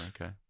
okay